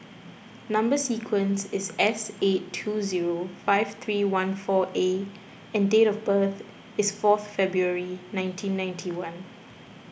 Number Sequence is S eight two zero five three one four A and date of birth is four February nineteen ninety one